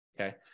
Okay